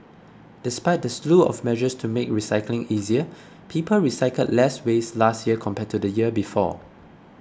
despite the slew of measures to make recycling easier people recycled less waste last year compared to the year before